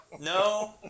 no